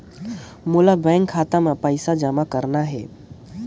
मोला बैंक खाता मां पइसा जमा करना हे?